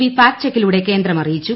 B fact ചെക്കിലൂടെ കേന്ദ്രം അറിയിച്ചു